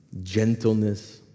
gentleness